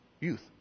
youth